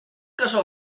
cassó